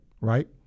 right